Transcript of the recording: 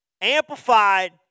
Amplified